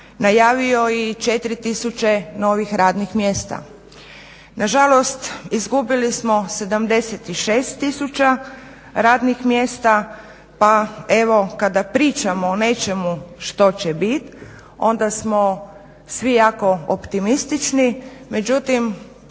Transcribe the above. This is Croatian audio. najavio i 4000 novih radnih mjesta. Na žalost, izgubili smo 76000 radnih mjesta, pa evo kada pričamo o nečemu što će bit onda smo svi jako optimistični. Međutim,